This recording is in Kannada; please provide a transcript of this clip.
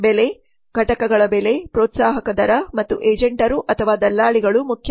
ಬೆಲೆ ಘಟಕಗಳ ಬೆಲೆ ಪ್ರೋತ್ಸಾಹಕ ದರ ಮತ್ತು ಏಜೆಂಟರು ಅಥವಾ ದಲ್ಲಾಳಿಗಳು ಮುಖ್ಯ